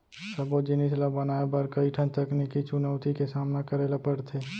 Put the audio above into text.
सबो जिनिस ल बनाए बर कइ ठन तकनीकी चुनउती के सामना करे ल परथे